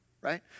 right